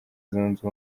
zunze